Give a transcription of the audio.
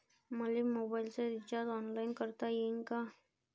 मले मोबाईलच recharge online करता येईन का?